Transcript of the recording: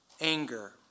anger